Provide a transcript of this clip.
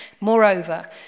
Moreover